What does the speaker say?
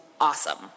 awesome